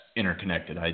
interconnected